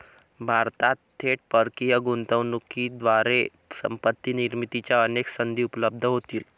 भारतात थेट परकीय गुंतवणुकीद्वारे संपत्ती निर्मितीच्या अनेक संधी उपलब्ध होतील